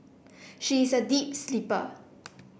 she is a deep sleeper